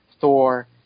Thor